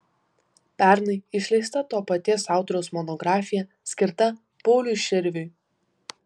pernai išleista to paties autoriaus monografija skirta pauliui širviui